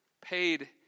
paid